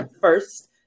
first